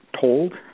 told